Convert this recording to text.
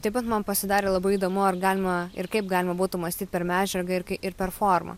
taip pat man pasidarė labai įdomu ar galima ir kaip galima būtų mąstyt per medžiagą ir kai ir per formą